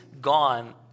gone